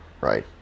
right